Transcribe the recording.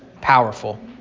powerful